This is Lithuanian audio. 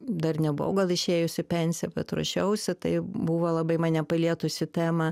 dar nebuvau gal išėjus į pensiją bet ruošiausi tai buvo labai mane palietusi tema